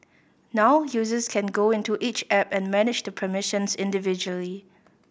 now users can go into each app and manage the permissions individually